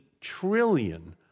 trillion